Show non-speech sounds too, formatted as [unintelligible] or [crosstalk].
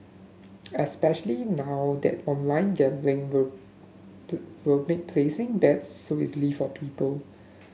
especially now that online gambling will [unintelligible] will make placing bets so easily for people